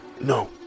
No